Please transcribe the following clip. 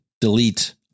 delete